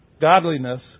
Godliness